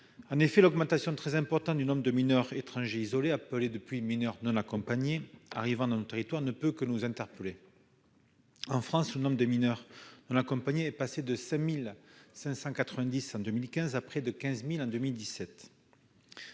En effet, l'augmentation très importante du nombre de mineurs étrangers isolés- on les appelle depuis des mineurs non accompagnés -arrivant dans nos territoires ne peut que nous interpeller. En France, le nombre de mineurs non accompagnés est passé de 5 590 en 2015 à près de 15 000 en 2017.